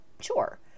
sure